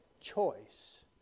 choice